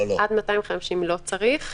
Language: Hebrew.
עד 250 לא צריך.